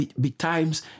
betimes